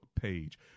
page